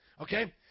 okay